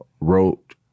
wrote